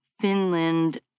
Finland